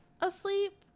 asleep